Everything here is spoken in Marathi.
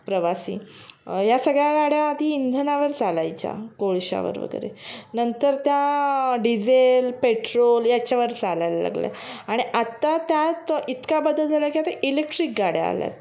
प्रवासी या सगळ्या गाड्या आधी इंधनावर चालायच्या कोळशावर वगैरे नंतर त्या डीझेल पेट्रोल याच्यावर चालायला लागल्या आणि आत्ता त्यात इतका बदल झाला की आता इलेक्ट्रिक गाड्या आल्या आहेत